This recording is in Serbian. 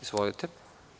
Izvolite.